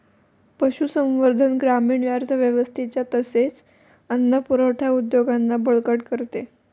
पशुसंवर्धन ग्रामीण अर्थव्यवस्थेच्या तसेच अन्न पुरवठा उद्योगांना बळकट करते